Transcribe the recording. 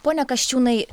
pone kasčiūnai